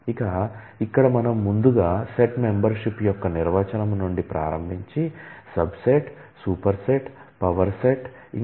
ఇక ఇక్కడ మనం ముందుగా సెట్ మెంబర్షిప్ గురించి చూద్దాం